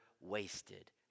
wasted